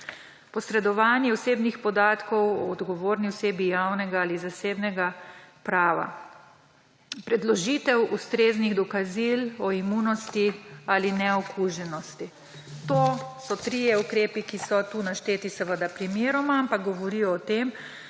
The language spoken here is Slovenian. posredovanje osebnih podatkov odgovorni osebi javnega ali zasebnega prava, predložitev ustreznih dokazil o imunosti ali neokuženosti. To so trije ukrepi, ki so tu našteti primeroma, ampak govorijo o tem,